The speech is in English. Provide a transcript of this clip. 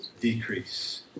decrease